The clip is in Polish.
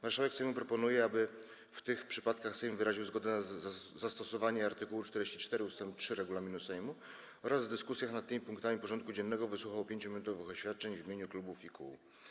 Marszałek Sejmu proponuje, aby w tych przypadkach Sejm wyraził zgodę na zastosowanie art. 44 ust. 3 regulaminu Sejmu oraz w dyskusjach nad tymi punktami porządku dziennego wysłuchał 5-minutowych oświadczeń w imieniu klubów i kół.